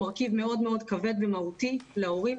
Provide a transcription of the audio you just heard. מרכיב מאוד מאוד כבד ומהותי להורים,